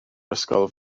ysgol